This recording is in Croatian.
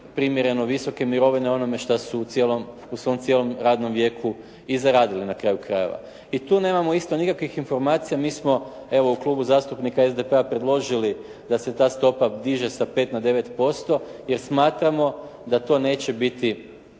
primjereno visoke mirovine onome što su u cijelom, u svom cijelom radnom vijeku i zaradili na kraju krajeva. I tu nemamo isto nikakvih informacija. Mi smo evo u Klubu zastupnika SDP-a predložili da se ta stopa diže sa 5 na 9% jer smatramo da to neće biti